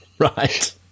Right